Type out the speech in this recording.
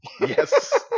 Yes